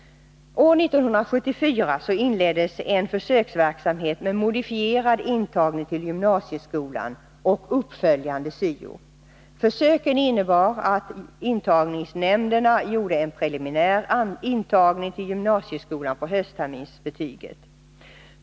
År 1974 inleddes en försöksverksamhet med modifierad intagning till gymnasieskolan och uppföljande syo. Försöken innebar att intagningsnämnderna gjorde en preliminär intagning till gymnasieskolan på höstterminsbetyget.